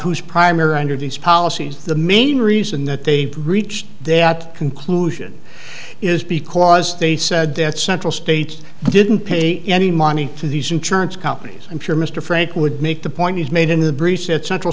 who's primary under these policies the main reason that they reached that conclusion is because they said that central states didn't pay any money to these insurance companies i'm sure mr frank would make the point is made in the briefs it central